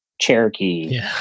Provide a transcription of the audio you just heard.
cherokee